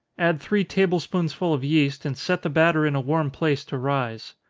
add three table-spoonsful of yeast, and set the batter in a warm place to rise.